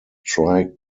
triclinic